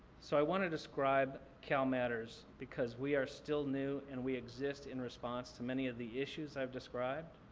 so i want to describe calmatters because we are still new and we exist in response to many of the issues i've described.